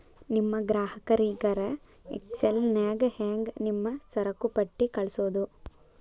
ನಿಮ್ ಗ್ರಾಹಕರಿಗರ ಎಕ್ಸೆಲ್ ನ್ಯಾಗ ಹೆಂಗ್ ನಿಮ್ಮ ಸರಕುಪಟ್ಟಿ ಕಳ್ಸೋದು?